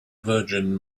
virgin